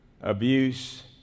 abuse